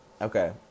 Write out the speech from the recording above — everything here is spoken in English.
Okay